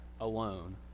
alone